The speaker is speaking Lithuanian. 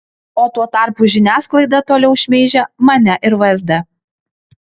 o tuo tarpu žiniasklaida toliau šmeižia mane ir vsd